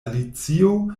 alicio